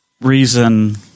reason